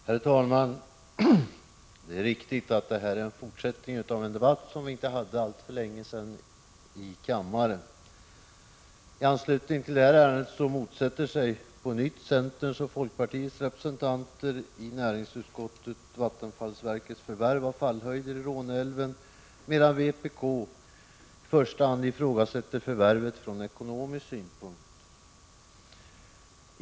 Herr talman! Det är riktigt att detta är en fortsättning av en debatt som vi hade för inte alltför länge sedan här i kammaren. I anslutning till detta ärende motsätter sig centerns och folkpartiets representanter i näringsutskottet vattenfallsverkets förvärv av fallhöjder i Råneälven, medan vpk främst ifrågasätter förvärvet från ekonomisk synpunkt.